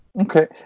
okay